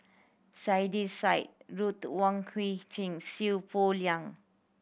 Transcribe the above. Saiedah Said Ruth Wong Hie King Seow Poh Leng